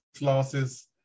losses